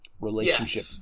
relationship